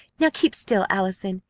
now keep still, allison.